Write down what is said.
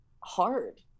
hard